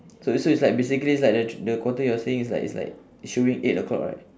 so so it's like basically it's like the thr~ the quarter you're saying it's like it's like it's showing eight o'clock right